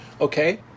okay